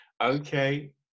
Okay